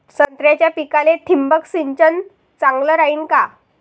संत्र्याच्या पिकाले थिंबक सिंचन चांगलं रायीन का?